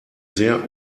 sehr